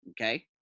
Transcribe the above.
okay